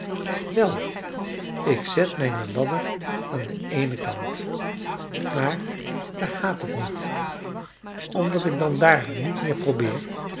wel ik zet mijne ladder aan den eenen kant maar daar gaat het niet omdat ik dan daar niet meer probeer